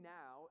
now